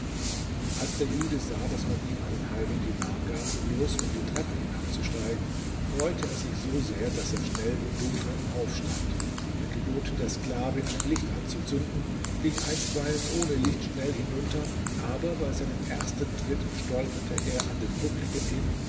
als der jude sah daß man ihm einen halben dinar gab bloß um die treppe hinabzusteigen freute er sich so sehr daß er schnell im dunkeln aufstand er gebot der sklavin ein licht anzuzünden ging einstweilen ohne licht schnell hinunter aber bei seinem ersten tritt stolperte er an den buckligen hin